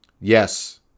Yes